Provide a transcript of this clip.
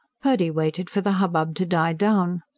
purdy waited for the hubbub to die down.